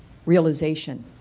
realization.